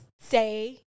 say